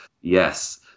yes